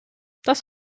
das